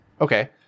Okay